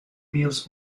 mills